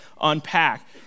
unpack